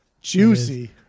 juicy